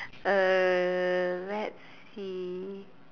uh let's see